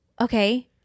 okay